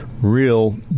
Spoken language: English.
real